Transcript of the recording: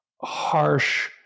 harsh